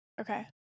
okay